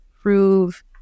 prove